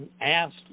asked